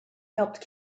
helped